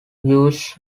use